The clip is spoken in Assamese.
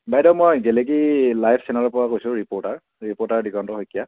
বাইদেউ মই গেলেকী লাইভ চেনেলৰপৰা কৈছোঁ ৰিপৰ্টাৰ ৰিপৰ্টাৰ দিগন্ত শইকীয়া